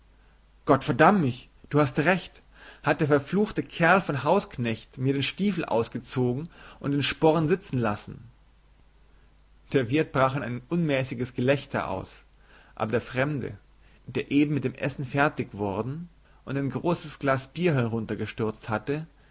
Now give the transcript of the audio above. gott verdamm mich du hast recht hat der verfluchte kerl von hausknecht mir den stiefel ausgezogen und den sporn sitzen lassen der wirt brach in ein unmäßiges gelächter aus aber der fremde der eben mit dem essen fertig worden und ein großes glas bier heruntergestürzt hatte